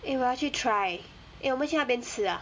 eh 我要去 try eh 我们去那边吃 ah